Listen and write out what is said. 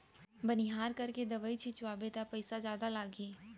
बनिहार करके दवई छिंचवाबे त पइसा जादा लागही